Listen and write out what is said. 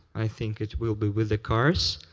i think, it will be with the cars,